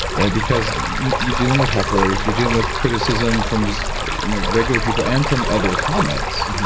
right? because you're dealing with hecklers, you're dealing with criticism from just you know regular people, and from other comics